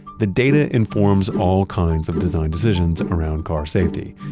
the data informs all kinds of design decisions around car safety,